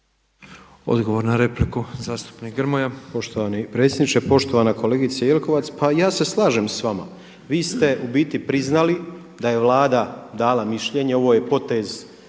Odgovor na repliku zastupnik Grmoja.